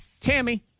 Tammy